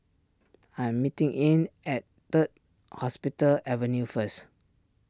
I am meeting Ean at Third Hospital Avenue first